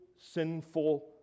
sinful